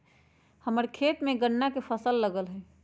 हम्मर खेत में गन्ना के फसल लगल हई